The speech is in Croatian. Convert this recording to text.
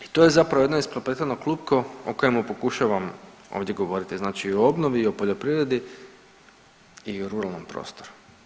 I to je zapravo jedno isprepleteno klupko o kojemu pokušavam ovdje govoriti, znači i o obnovi i o poljoprivredi i o ruralnom prostoru.